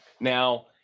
Now